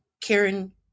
Karen